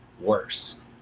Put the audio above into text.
worse